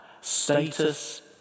status